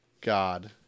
God